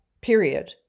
Period